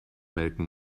melken